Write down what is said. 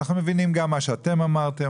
אנחנו מבינים גם מה שאתם אמרתם,